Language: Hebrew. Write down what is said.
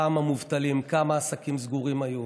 כמה מובטלים, כמה עסקים סגורים היו.